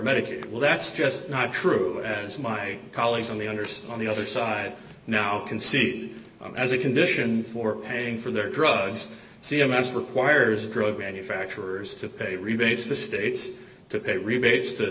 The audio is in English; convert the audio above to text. medicaid well that's just not true as my colleagues on the underside on the other side now can see as a condition for paying for their drugs c m s requires drug manufacturers to pay rebates to the states to pay rebates to